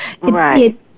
Right